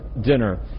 dinner